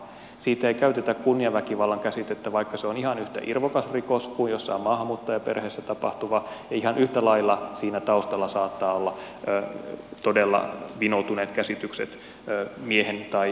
siitä ei käytetä kunniaväkivallan käsitettä vaikka se on ihan yhtä irvokas rikos kuin jossain maahanmuuttajaperheessä tapahtuva ja ihan yhtä lailla siinä taustalla saattavat olla todella vinoutuneet käsitykset miehen tai perheen kunniasta